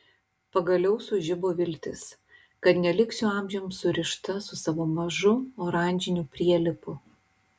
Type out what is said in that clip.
pagaliau sužibo viltis kad neliksiu amžiams surišta su savo mažu oranžiniu prielipu